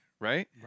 Right